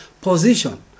position